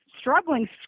struggling